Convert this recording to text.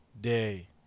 Day